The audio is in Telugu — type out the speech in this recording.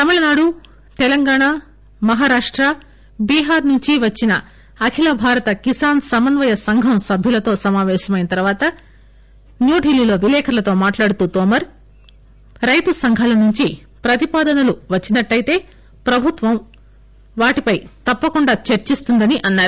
తమిళనాడు తెలంగాణ మహారాష్ట బీహార్ నుంచి వచ్చిన అఖిల భారత కిసాన్ సమన్నయ సంఘం సభ్యులతో సమావేశమైన తర్వాత న్యూఢిల్లీలో విలేకర్ణతో మాట్టాడుతూ తోమర్ రైతు సంఘాల నుంచి ప్రతిపాదనలు వచ్చినట్టెతే ప్రభుత్వం వాటిపై తప్పకుండా చర్చిస్తుందని అన్నారు